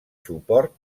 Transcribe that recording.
suport